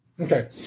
Okay